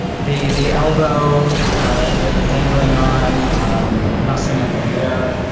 they the elbow ah that the dangling arm um messing up the hair